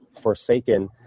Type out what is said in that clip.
forsaken